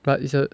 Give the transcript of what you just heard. but it's a